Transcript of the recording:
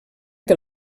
que